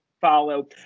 follow